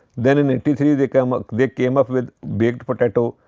then in eighty-three, they come ah they came up with baked potato.